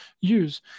use